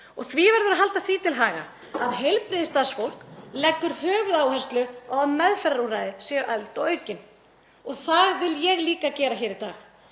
og því verður að halda því til haga að heilbrigðisstarfsfólk leggur höfuðáherslu á að meðferðarúrræði séu efld og aukin og það vil ég líka gera hér í dag.